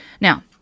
Now